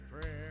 prayer